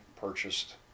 purchased